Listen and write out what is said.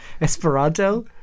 Esperanto